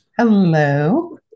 hello